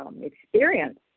experience